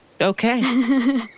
Okay